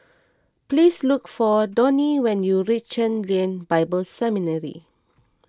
please look for Donnie when you reach Chen Lien Bible Seminary